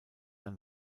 ein